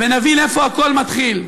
ונבין איפה הכול מתחיל,